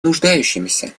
нуждающимся